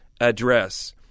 address